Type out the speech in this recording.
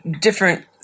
different